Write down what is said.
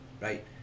right